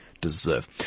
deserve